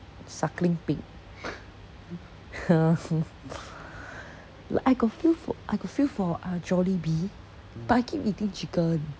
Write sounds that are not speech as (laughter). suckling pig (laughs) like I got feel for I got feel for uh jollibee but I keep eating chicken